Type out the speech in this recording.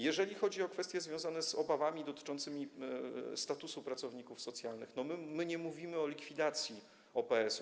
Jeżeli chodzi o kwestie związane z obawami dotyczącymi statusu pracowników socjalnych, to nie mówimy o likwidacji OPS-ów.